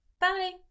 Bye